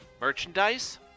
merchandise